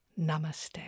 Namaste